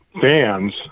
fans